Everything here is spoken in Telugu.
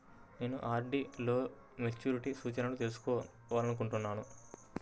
నేను నా ఆర్.డీ లో మెచ్యూరిటీ సూచనలను తెలుసుకోవాలనుకుంటున్నాను